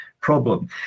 problem